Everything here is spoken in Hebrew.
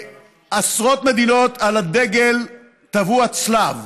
בעשרות מדינות על הדגל טבוע צלב,